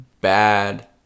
bad